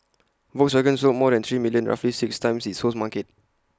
Volkswagen sold more than three million roughly six times its home's market